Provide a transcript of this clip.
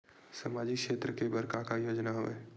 सामाजिक क्षेत्र के बर का का योजना हवय?